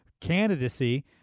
candidacy